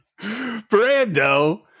Brando